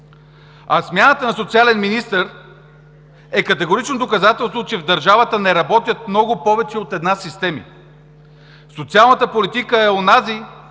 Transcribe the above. Смяната на социален министър е категорично доказателство, че в държавата не работят много повече от една системи. Социалната политика е онази